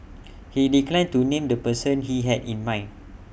he declined to name the person he had in mind